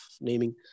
naming